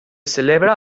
celebra